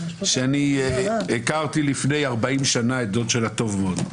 שאני הכרתי לפני 40 שנה את דוד שלה טוב מאוד.